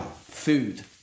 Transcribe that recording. Food